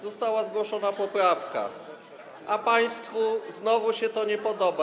została zgłoszona poprawka, a państwu znowu się to nie podoba.